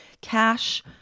cash